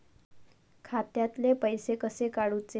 खात्यातले पैसे कसे काडूचे?